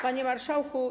Panie Marszałku!